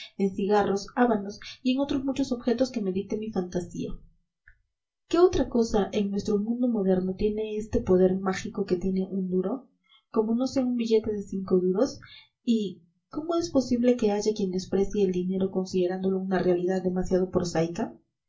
cigarros habanos y en otros muchos objetos que me dicte mi fantasía qué otra cosa en nuestro mundo moderno tiene este poder mágico que tiene un duro como no sea un billete de cinco duros y cómo es posible que haya quien desprecie el dinero considerándolo una realidad demasiado prosaica